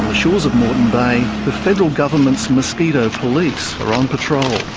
the shores of moreton bay, the federal government's mosquito police are on patrol.